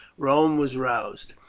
rome was roused.